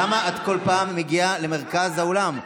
למה את כל פעם מגיעה למרכז האולם?